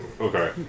Okay